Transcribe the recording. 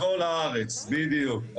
וכל הארץ, בדיוק.